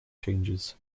changes